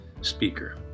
speaker